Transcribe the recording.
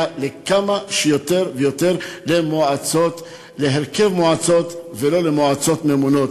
כמה שיותר להרכב מועצות ולא למועצות ממונות,